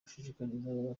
gushishikariza